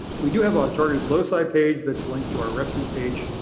we do have ah a targeted loci page that's linked to our refseq page.